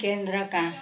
केन्द्रका